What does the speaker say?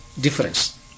difference